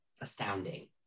astounding